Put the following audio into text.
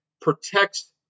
protects